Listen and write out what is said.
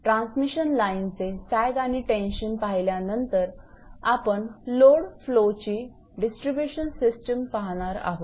transmission लाईनचे sag आणि tension पाहिल्यानंतर आपण लोड फ्लोची डिस्ट्रीब्यूशन सिस्टीमपाहणार आहोत